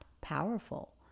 powerful